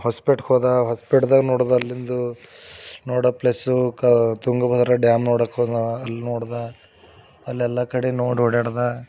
ಹೊಸ್ಪೇಟೆಗೆ ಹೋದ ಹೊಸ್ಪೇಟೆದಾಗ್ಗ ನೋಡಿದ ಅಲ್ಲಿಂದು ನೋಡೋ ಪ್ಲೇಸು ಕ ತುಂಗಭದ್ರಾ ಡ್ಯಾಮ್ ನೋಡೋಕೆ ಹೋದ ಅಲ್ಲಿ ನೋಡಿದ ಅಲ್ಲೆಲ್ಲ ಕಡೆ ನೋಡಿ ಓಡಾಡ್ದ